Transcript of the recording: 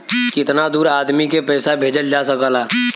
कितना दूर आदमी के पैसा भेजल जा सकला?